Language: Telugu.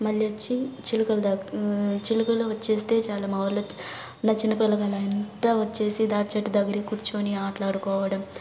మళ్ళీ వచ్చి చిలుకలు దగ్ చిలుకలు వస్తే చాలు మా ఊళ్ళో ఉన్న చిన్న పిల్లకాయలు అంతా వచ్చి దాన్ చెట్టు దగ్గర కూర్చోని ఆడుకోవడం